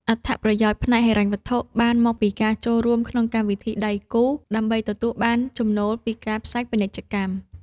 អត្ថប្រយោជន៍ផ្នែកហិរញ្ញវត្ថុបានមកពីការចូលរួមក្នុងកម្មវិធីដៃគូ ដើម្បីទទួលបានចំណូលពីការផ្សាយពាណិជ្ជកម្ម។